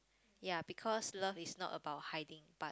ya because love is not about hiding but